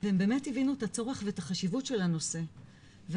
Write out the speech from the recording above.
והם באמת הבינו את הצורך והחשיבות של הנושא והיום